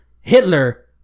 Hitler